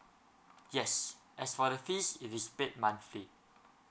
yes as for the fees it is paid monthly